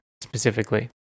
specifically